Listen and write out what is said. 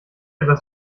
etwas